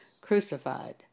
crucified